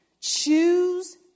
Choose